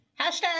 Hashtag